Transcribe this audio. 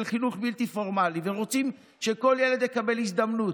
חינוך בלתי פורמלי ורוצים שכל ילד יקבל הזדמנות.